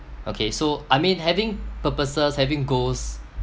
okay so I mean having purposes having goals